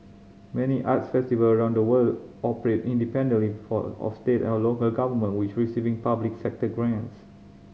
many arts festival around the world operate independently for or state and local government which receiving public sector grants